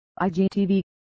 IGTV